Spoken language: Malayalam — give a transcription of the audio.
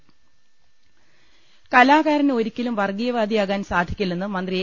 ട ് കാലാകാരന് ഒരിക്കലും വർഗീയവാദിയാകാൻ സാധിക്കില്ലെന്ന് മന്ത്രി എ